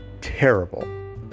terrible